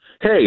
Hey